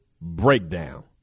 breakdown